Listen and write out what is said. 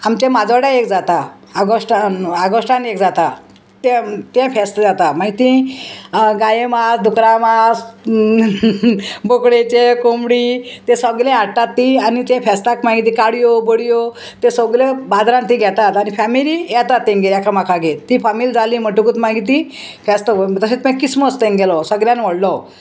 आमचे माजोड्ड्या एक जाता आगोश्टान आगोश्टान एक जाता तें तें फेस्त जाता मागीर ती गाये मांस दुकरा मास बोकडेचें कोंबडी ते सगले हाडटात तीं आनी ते फेस्ताक मागीर ती काडयो बडयो ते सगले बाजारान ती घेतात आनी फॅमिली येतात तेंगेर एकामेकागेर ती फामील जाली म्हणटकूत मागीर ती फेस्त तशेंच मागीर क्रिसमस तेंगेलो सगल्यान व्हडलो